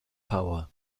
power